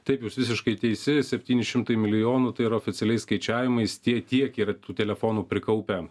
taip jūs visiškai teisi septyni šimtai milijonų tai yra oficialiais skaičiavimais tiek tiek yra tų telefonų prikaupę